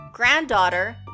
granddaughter